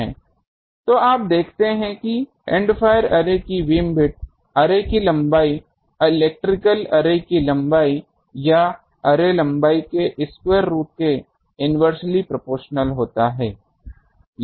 तो आप देखते हैं कि एंड फायर अर्रे की बीमविद्थ अर्रे की लंबाई इलेक्ट्रिकल अर्रे की लंबाई या अर्रे लंबाई के स्क्वायर रुट के इन्वेर्स्ली प्रोपोशनल होता है